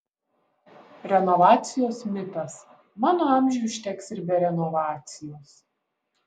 renovacijos mitas mano amžiui užteks ir be renovacijos